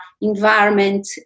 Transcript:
environment